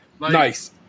Nice